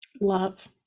Love